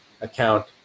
account